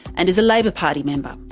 and is a labor party member.